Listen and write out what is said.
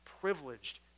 privileged